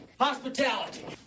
Hospitality